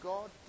God